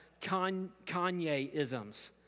Kanye-isms